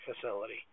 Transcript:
facility